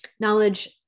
knowledge